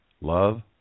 Love